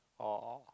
or or